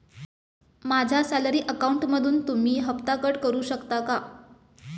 माझ्या सॅलरी अकाउंटमधून तुम्ही हफ्ता कट करू शकता का?